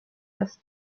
los